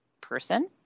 person